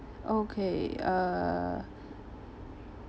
okay uh